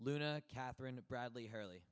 luna catherine bradley hurley